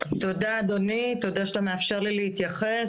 תודה אדוני, תודה שאתה מאפשר לי להתייחס.